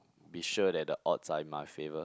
be sure that the odds are in my favour